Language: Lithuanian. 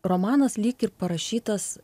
romanas lyg ir parašytas